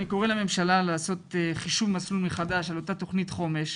אני קורא לממשלה לעשות חישוב מסלול מחדש על אותה תוכנית חומש,